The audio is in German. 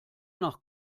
nach